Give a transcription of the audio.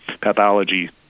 pathology